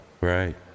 Right